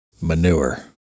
Manure